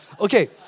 Okay